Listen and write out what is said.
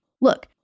Look